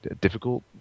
difficult